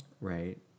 right